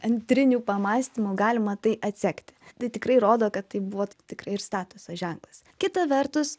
antrinių pamąstymų galima tai atsekti tai tikrai rodo kad tai buvo tikrai ir statuso ženklas kita vertus